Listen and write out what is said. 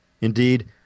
Indeed